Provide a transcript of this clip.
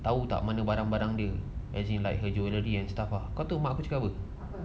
tahu tak mana-mana barang dia as in like her jewellery and stuff lah kamu tahu mak aku cakap apa